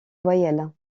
voyelles